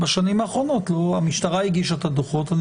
בשנים האחרונות המשטרה הגישה את הדוחות,